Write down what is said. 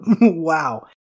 wow